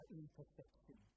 imperfection